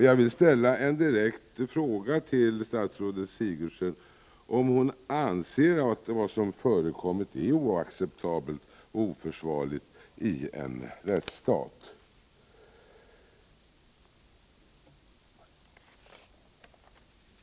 Jag vill ställa en direkt fråga till statsrådet Sigurdsen om hon anser att vad som förekommit är oacceptabelt och oförsvarligt i en rättsstat.